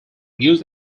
use